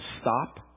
stop